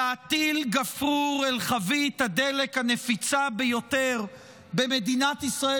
להטיל גפרור אל חבית הדלק הנפיצה ביותר במדינת ישראל